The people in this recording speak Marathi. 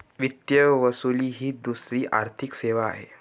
वित्त वसुली ही दुसरी आर्थिक सेवा आहे